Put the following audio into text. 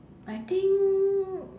I think